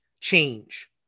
change